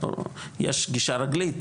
יש גישה רגלית,